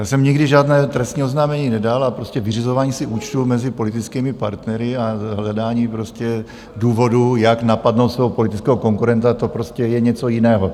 Já jsem nikdy žádné trestní oznámení nedal a prostě vyřizování si účtů mezi politickými partnery a hledání důvodu, jak napadnout svého politického konkurenta, to je něco jiného.